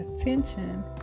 attention